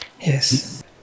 yes